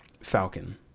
Falcon